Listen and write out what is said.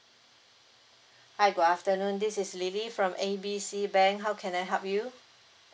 hi good afternoon this is lily from A B C bank how can I help you